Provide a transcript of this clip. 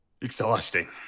Exhausting